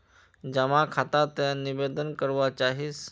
जमा खाता त निवेदन करवा चाहीस?